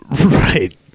Right